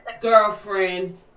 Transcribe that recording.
girlfriend